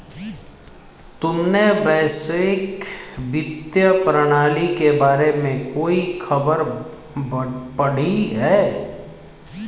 तुमने वैश्विक वित्तीय प्रणाली के बारे में कोई खबर पढ़ी है?